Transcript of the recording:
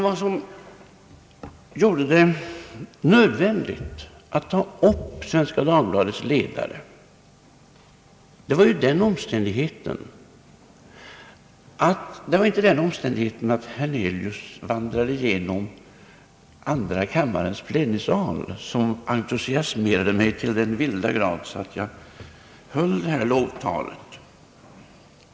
Vad som gjorde det nödvändigt att ta upp Svenska Dagbladets ledare var inte den omständigheten, att herr Hernelius vandrade genom andra kammarens plenisal, som entusiasmerade mig till den milda grad att jag höll detta lovtal.